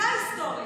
זו ההיסטוריה.